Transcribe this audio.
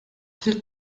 fil